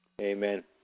Amen